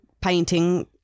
painting